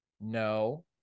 No